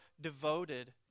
devoted